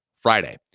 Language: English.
Friday